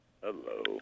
hello